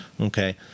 okay